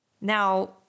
Now